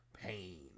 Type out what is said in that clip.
pain